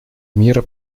мира